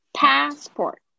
passport 。